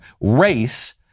Race